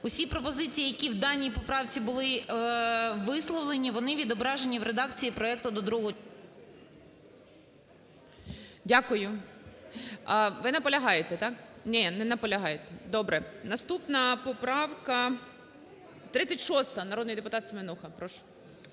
Усі пропозиції, які в даній поправці були висловлені, вони відображені в редакції проекту до другого… ГОЛОВУЮЧИЙ. Дякую. Ви наполягаєте, так? Ні, не наполягаєте. Добре. Наступна поправка 36-а. Народний депутат Семенуха. Прошу.